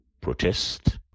protest